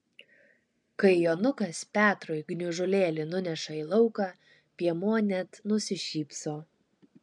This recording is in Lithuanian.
kai jonukas petrui gniužulėlį nuneša į lauką piemuo net nusišypso